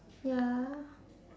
ya